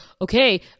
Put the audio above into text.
okay